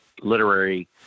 literary